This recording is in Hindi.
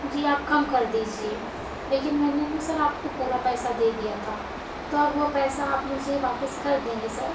जी आप कम कर दीजिए लेकिन मैंने ना सर आप को पूरा पैसा दे दिया था तो अब वो पैसा आप मुझे वापस कर देंगे सर